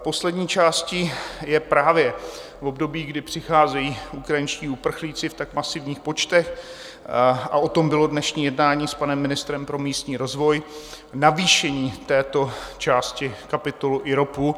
Poslední částí je právě období, kdy přicházejí ukrajinští uprchlíci v tak masivních počtech, a o tom bylo dnešní jednání s panem ministrem pro místní rozvoj navýšení této části kapitol IROPu.